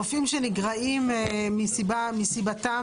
רופאים שנגרעים מסיבתם,